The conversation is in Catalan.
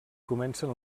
comencen